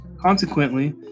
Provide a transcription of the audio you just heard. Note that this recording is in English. Consequently